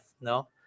no